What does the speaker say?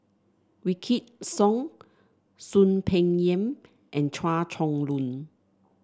Wykidd Song Soon Peng Yam and Chua Chong Long